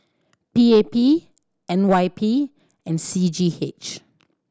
P A P N Y P and C G H